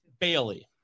Bailey